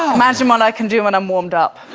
imagine what i can do when i'm warmed up